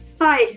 Hi